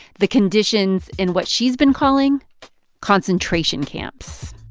the conditions in what she's been calling concentration camps